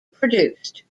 produced